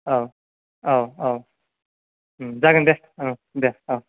औ औ औ जागोन दे औ दे औ